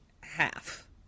half